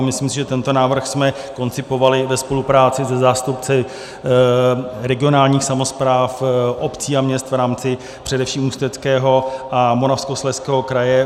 Myslím si, že tento návrh jsme koncipovali ve spolupráci se zástupci regionálních samospráv, obcí a měst, v rámci především Ústeckého a Moravskoslezského kraje.